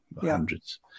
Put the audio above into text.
hundreds